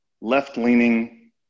left-leaning